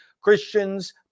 Christians